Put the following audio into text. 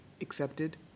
accepted